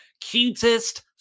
Cutest